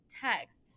texts